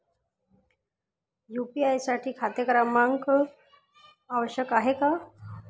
UPI साठी खाते क्रमांक आवश्यक आहे का?